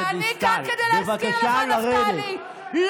ואני כאן כדי להזכיר לך, נפתלי, בבקשה לרדת.